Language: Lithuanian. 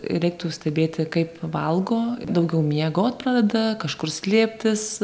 reiktų stebėti kaip valgo daugiau miegot pradeda kažkur slėptis